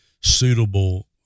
suitable